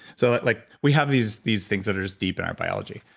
so like we have these these things that are just deep in our biology,